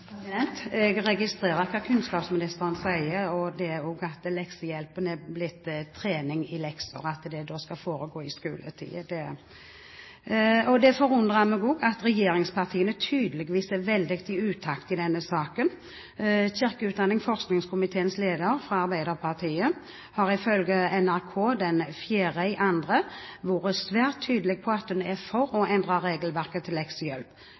Jeg registrerer hva kunnskapsministeren sier, og det er at leksehjelpen er blitt trening i lekser, og at det skal foregå i skoletiden. Det forundrer meg også at regjeringspartiene tydeligvis er veldig i utakt i denne saken. Kirke-, utdannings- og forskningskomiteens leder, fra Arbeiderpartiet, har ifølge NRK den 4. februar vært svært tydelig på at hun er for å endre regelverket